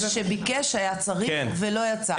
שביקש, שהיה צריך ולא יצא.